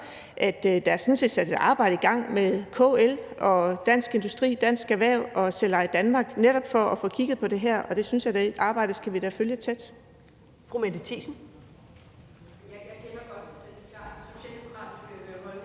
at der sådan set er sat et arbejde i gang med KL og Dansk Industri og Dansk Erhverv og Selveje Danmark netop for at få kigget på det her, og det arbejde synes jeg da vi skal følge tæt.